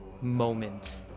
moment